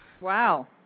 Wow